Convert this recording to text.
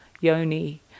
yoni